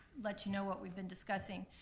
let you know what we've been discussing.